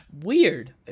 Weird